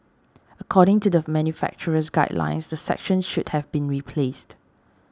according to the manufacturer's guidelines the section should have been replaced